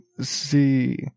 see